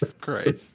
Christ